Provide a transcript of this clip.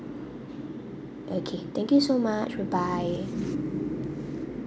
okay thank you so much bye bye